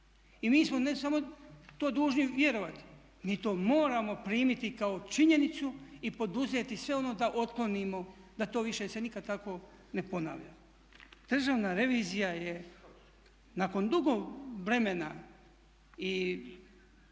I mi smo ne samo to dužni vjerovati, mi to moramo primiti kao činjenicu i poduzeti sve ono da otklonimo, da to više se nikad tako ne ponavlja. Državna revizija je nakon dugo vremena i